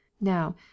now